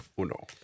Uno